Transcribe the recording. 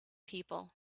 people